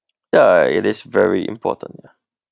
ya it is very important